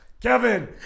Kevin